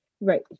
Right